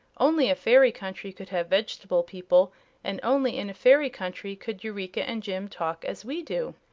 only a fairy country could have veg'table people and only in a fairy country could eureka and jim talk as we do.